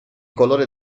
colore